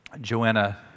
Joanna